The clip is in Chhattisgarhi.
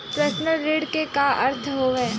पर्सनल ऋण के का अर्थ हवय?